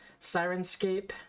Sirenscape